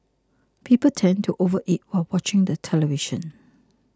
people tend to overeat while watching the television